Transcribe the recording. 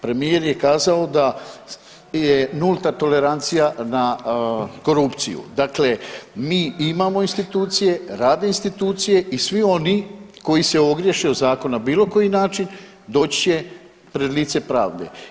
Premijer je kazao da je nulta tolerancija na korupciju, dakle mi imamo institucije, rade institucije i svi oni koji se ogriješe o zakon na bilo koji način doći će pred lice pravde.